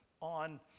on